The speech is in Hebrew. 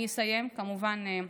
אני אסיים, כמובן,